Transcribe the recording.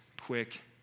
quick